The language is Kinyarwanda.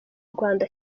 rwanda